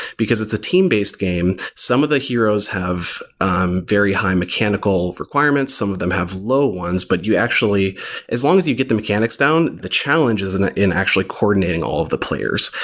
because it's a team-based game. some of the heroes have um very high mechanical requirements. some of them have low ones, but you actually as long as you get the mechanics down, the challenge is in ah in actually coordinating all of the players.